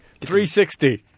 360